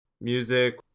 music